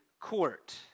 court